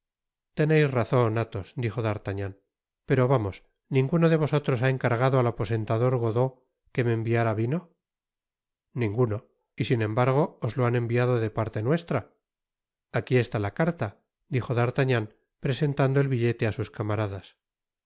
at teneis razon athps dijo d'artagnan pero vamos ninguno de vosotros ha encargado al aposentador godeau que me enviara vino ninguno y sin embargo os lo han enviado de parte nuestra aquí está la carta dijo d'artagnan presentando el billete á sus camaradas